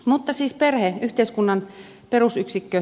mutta siis perhe yhteiskunnan perusyksikkö